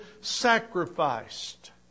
Sacrificed